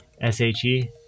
S-H-E